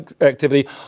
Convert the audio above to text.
activity